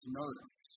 notice